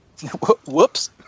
Whoops